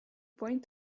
point